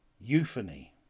Euphony